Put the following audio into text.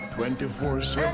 24-7